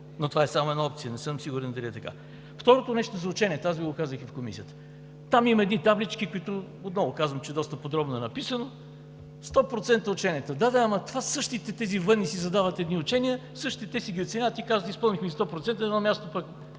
обаче е само една опция, не съм сигурен дали е така. Второто нещо – ученията, казах го и в Комисията. Там има едни таблички, които, отново казвам, доста подробно е написано – 100% учения. Да де, но същите тези военни си задават едни учения, същите те си ги оценяват и казват: „Изпълнихме ги 100%.“ На едно място пък,